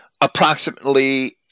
approximately